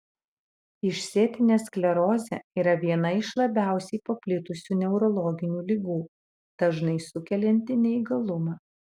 išsėtinė sklerozė yra viena iš labiausiai paplitusių neurologinių ligų dažnai sukelianti neįgalumą